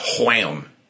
Wham